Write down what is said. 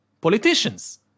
politicians